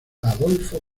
adolfo